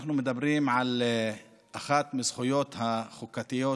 אנחנו מדברים על אחת מהזכויות החוקתיות,